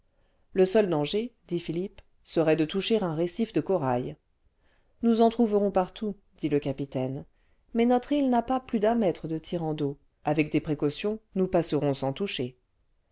le seul danger dit philippe serait de toucher un récif de corail nous en trouverons partout dit le capitaine mais notre île n'a pas plus d'un mètre de tirant d'eau avec des précautions nous passerons sans toucher